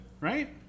right